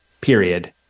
period